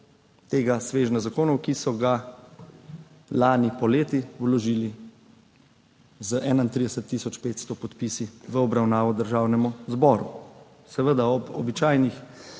tega svežnja zakonov, ki so ga lani poleti vložili z 31 tisoč 500 podpisi v obravnavo državnemu zboru. Seveda, ob običajnih